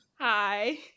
Hi